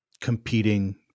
competing